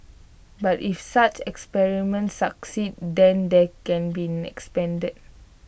but if such experiments succeed then they can be expanded